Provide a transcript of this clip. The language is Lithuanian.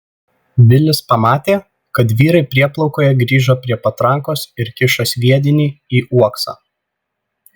vilis pamatė kad vyrai prieplaukoje grįžo prie patrankos ir kiša sviedinį į uoksą